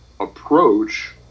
approach